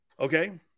Okay